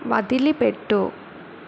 వదిలిపెట్టు